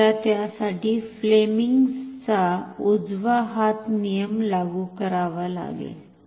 आपल्याला त्यासाठी फ्लेमिंग्जFleming's चा उजवा हात नियम लागु करावा लागेल